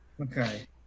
Okay